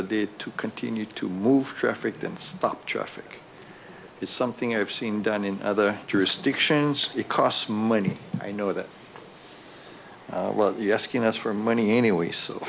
the day to continue to move traffic then stop traffic is something i've seen done in other jurisdictions it costs money i know that well you ask us for money anyway